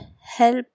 help